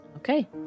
Okay